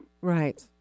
right